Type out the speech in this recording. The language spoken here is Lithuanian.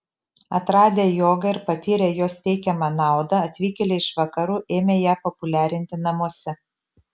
atradę jogą ir patyrę jos teikiamą naudą atvykėliai iš vakarų ėmė ją populiarinti namuose